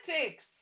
politics